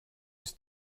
ist